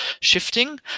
shifting